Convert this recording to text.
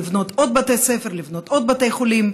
לבנות עוד בתי ספר ולבנות עוד בתי חולים,